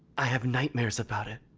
i have nightmares about it.